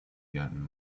gotten